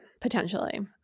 potentially